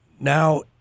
now